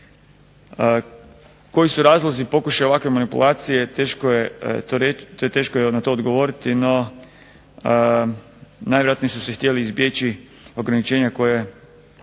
Koji su razlozi pokušaja ovakve manipulacije teško je na to odgovoriti no najvjerojatnije su se htjela izbjeći ograničenja koja